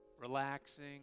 Relaxing